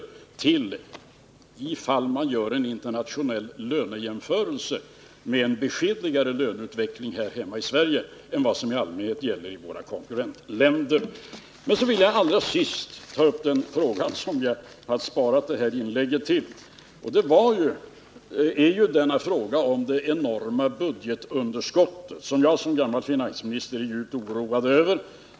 Detta framgår ifall man gör en internationell lönejämförelse, som visar en beskedligare löneutveckling här i Sverige än vad som i allmänhet gäller i våra konkurrentländer. Så ville jag ta upp den fråga som jag sparat detta inlägg till, nämligen det enorma budgetunderskottet, som jag som gammal finansminister är djupt oroad över.